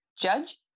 judge